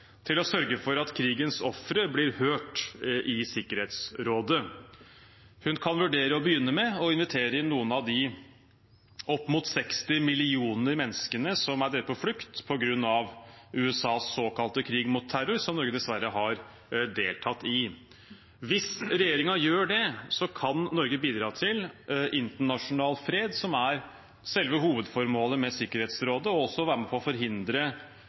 til å sørge for at krigens ofre blir hørt i Sikkerhetsrådet. Hun kan vurdere å begynne med å invitere noen av de opp mot 60 millioner menneskene som er drevet på flukt på grunn av USAs såkalte krig mot terror, som Norge dessverre har deltatt i. Hvis regjeringen gjør det, kan Norge bidra til internasjonal fred, som er selve hovedformålet med Sikkerhetsrådet, og også være med på å forhindre